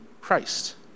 Christ